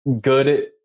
good –